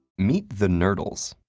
meet the nurdles.